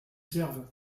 servent